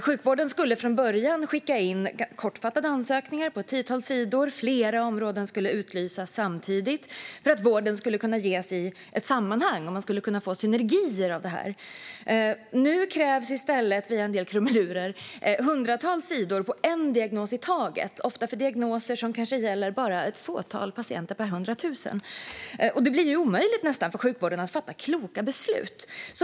Sjukvården skulle från början skicka in kortfattade ansökningar på ett tiotal sidor, och flera områden skulle utlysas samtidigt, för att vården skulle kunna ges i ett sammanhang och man skulle kunna få synergier av det här. Nu krävs i stället via en del krumelurer hundratals sidor för en diagnos i taget, ofta för diagnoser som kanske gäller bara ett fåtal patienter per 100 000. Det blir ju nästan omöjligt för sjukvården att fatta kloka beslut.